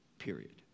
period